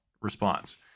response